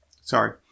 Sorry